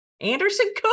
Anderson